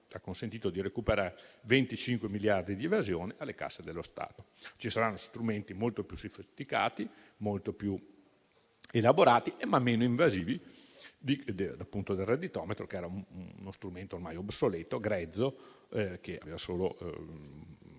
ha consentito di recuperare 25 miliardi di evasione alle casse dello Stato. Ci saranno strumenti molto più sofisticati, molto più elaborati, ma meno invasivi del redditometro, che era uno strumento ormai obsoleto, grezzo, che creava solo